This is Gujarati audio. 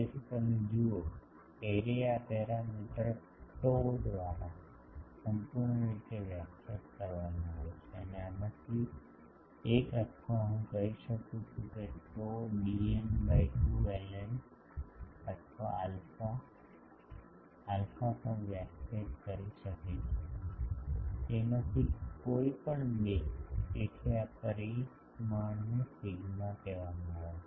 તેથી તમે જુઓ એરે આ પેરામીટર tau દ્વારા સંપૂર્ણપણે વ્યાખ્યાયિત કરવામાં આવી છે અને આમાંથી એક અથવા હું કહી શકું છું કે tau dn બાય 2 એલએન અથવા આલ્ફા આલ્ફા પણ વ્યાખ્યાયિત કરી શકે છે તેમાંથી કોઈપણ બે તેથી આ પરિમાણને સિગ્મા કહેવામાં આવે છે